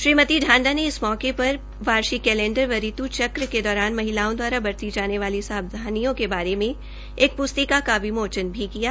श्रीमती ढांडा ने इस मौके पर वार्षिक कैलेंडर एवं ऋत् चक्र के परेशान महिलाओं द्वारा बरती जाने वाली सावधानियों के बारे एक पुस्तिका का विमोचन भी किया गया